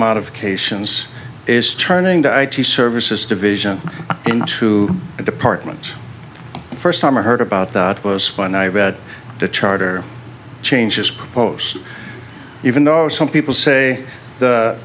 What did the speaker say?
modifications is turning the i t services division into a department first time i heard about that was when i read the charter changes post even though some people say the